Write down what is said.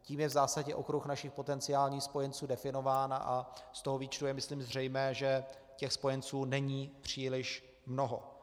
Tím je v zásadě okruh našich potenciálních spojenců definován a z toho výčtu je, myslím, zřejmé, že těch spojenců není příliš mnoho.